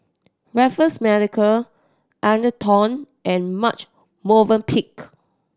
Raffles Medical Atherton and Marche Movenpick